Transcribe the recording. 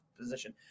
position